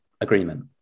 agreement